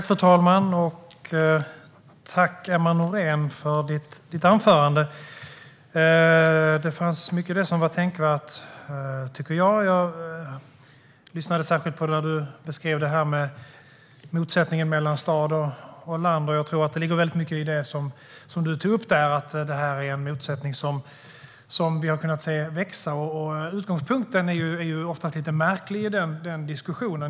Fru talman! Tack, Emma Nohrén, för ditt anförande! Det fanns mycket i det som var tänkvärt. Jag lyssnade särskilt när du beskrev motsättningen mellan stad och land, och jag tror att det ligger mycket i det som du tog upp där. Detta är en motsättning som vi har kunnat se växa. Utgångspunkten är ofta lite märklig i denna diskussion.